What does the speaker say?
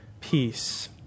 peace